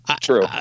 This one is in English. true